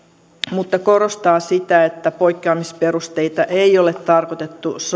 mutta korostaa sitä että poikkeamisperusteita ei ole tarkoitettu